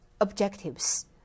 objectives